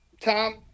Tom